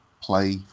play